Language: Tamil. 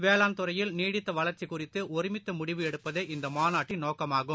வேளாண் துறையில் நீடித்தவளா்ச்சிகுறித்துஒருமித்தமுடிவு எடுப்பதே இந்தமாநாட்டின் நோக்கமாகும்